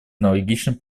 аналогичным